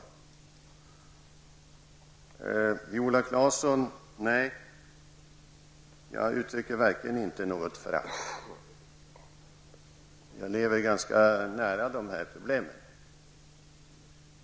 Till Viola Claesson vill jag säga att jag verkligen inte uttrycker något förakt. Jag lever ganska nära dessa problem.